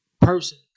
person